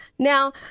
Now